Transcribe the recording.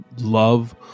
love